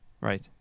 Right